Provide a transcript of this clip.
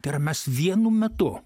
tai yra mes vienu metu